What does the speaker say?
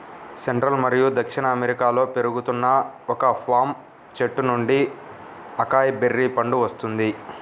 central మరియు దక్షిణ అమెరికాలో పెరుగుతున్న ఒక పామ్ చెట్టు నుండి అకాయ్ బెర్రీ పండు వస్తుంది